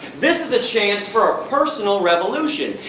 this is the chance for a personal revolution.